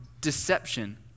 deception